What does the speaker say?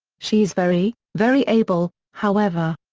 she is very, very able, however.